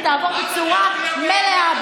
ותעבור בצורה מלאה,